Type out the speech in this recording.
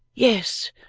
yes.